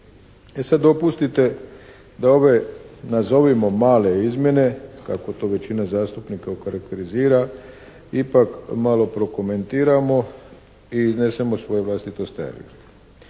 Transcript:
sada, dopustite da ove nazovimo male izmjene kako to većina zastupnika okarakterizira ipak malo prokomentiramo i iznesemo svoje vlastito